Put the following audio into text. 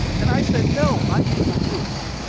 and i said, no, i mean, the roof.